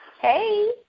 Hey